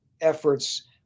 efforts